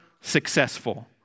successful